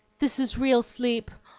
this is real sleep!